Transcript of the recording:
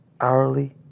hourly